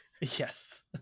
Yes